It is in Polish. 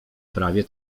prawie